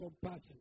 compassion